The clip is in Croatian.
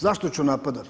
Zašto ću napadat?